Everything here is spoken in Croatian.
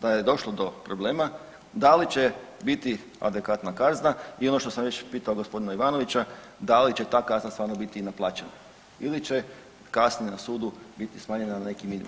da je došlo do problema da li će biti adekvatna kazna i ono što sam već pitao gospodina Ivanovića da li će ta kazna stvarno biti i naplaćena ili će kasnije na sudu biti smanjena na neki minumum.